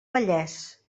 vallès